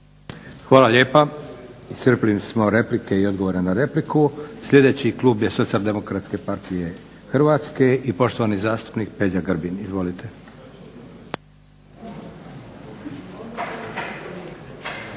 Hvala lijepa. Iscrpili smo replike i odgovore na replike. Sljedeći klub je SDP i poštovani zastupnik Peđa Grbin. Izvolite.